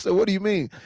so what do you mean?